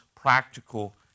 practical